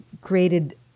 created